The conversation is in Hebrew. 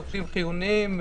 עובדים חיוניים,